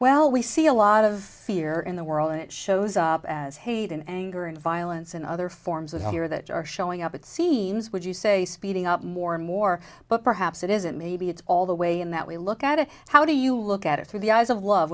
well we see a lot of fear in the world and it shows up as hate and anger and violence and other forms of here that are showing up it seems would you say speeding up more and more but perhaps it isn't maybe it's all the way in that we look at it how do you look at it through the eyes of love